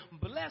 bless